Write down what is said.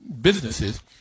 businesses